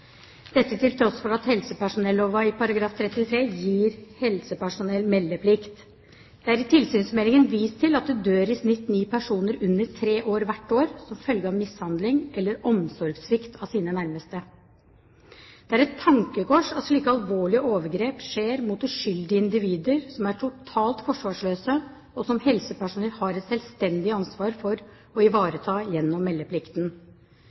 dette til tross for at helsepersonelloven § 33 gir helsepersonell meldeplikt. Det er i tilsynsmeldingen vist til at det hvert år i snitt dør ni personer under tre år som følge av mishandling eller omsorgssvikt av sine nærmeste. Det er et tankekors at slike alvorlige overgrep skjer mot uskyldige individer som er totalt forsvarsløse, og som helsepersonell har et selvstendig ansvar for å ivareta gjennom meldeplikten.